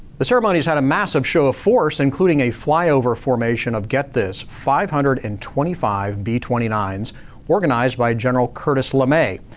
the ceremonies had a massive show of force, including a flyover formation of get this five hundred and twenty five b two nine s organized by general curtis lemay.